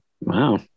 Wow